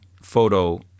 photo